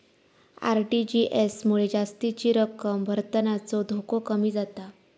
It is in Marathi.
आर.टी.जी.एस मुळे जास्तीची रक्कम भरतानाचो धोको कमी जाता